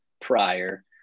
prior